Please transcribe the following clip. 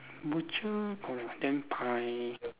butcher correct then pri~